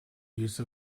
use